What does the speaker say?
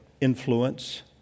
influence